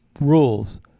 rules